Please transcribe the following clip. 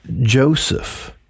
Joseph